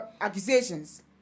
accusations